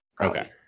Okay